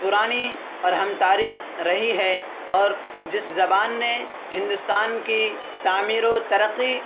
پرانی اور اہم تاریخ رہی ہے اور جس زبان نے ہندوستان کی تعمیر و ترقی